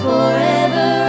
forever